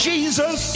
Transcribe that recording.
Jesus